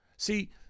See